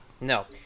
No